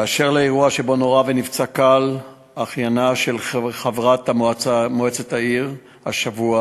באשר לאירוע שבו נורה ונפצע קל אחיינה של חברת מועצת העיר השבוע: